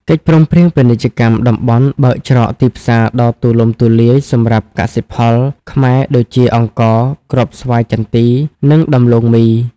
កិច្ចព្រមព្រៀងពាណិជ្ជកម្មតំបន់បើកច្រកទីផ្សារដ៏ទូលំទូលាយសម្រាប់កសិផលខ្មែរដូចជា អង្ករ គ្រាប់ស្វាយចន្ទី និងដំឡូងមី។